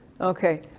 Okay